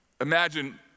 imagine